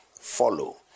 Follow